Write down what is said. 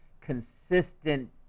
consistent